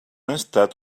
estat